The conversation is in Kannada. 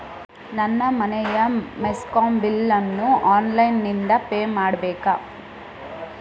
ನನ್ನ ಮನೆಯ ಮೆಸ್ಕಾಂ ಬಿಲ್ ಅನ್ನು ಆನ್ಲೈನ್ ಇಂದ ಪೇ ಮಾಡ್ಬೇಕಾ?